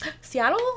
Seattle